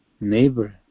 neighbor